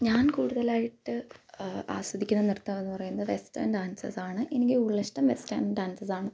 ഞാൻ കൂടുതലായിട്ട് ആസ്വദിക്കുന്ന നൃത്തം എന്നു പറയുന്നത് വെസ്റ്റേൺ ഡാൻസസ് ആണ് എനിക്ക് കൂടുതൽ ഇഷ്ടം വെസ്റ്റേൺ ഡാൻസസ് ആണ്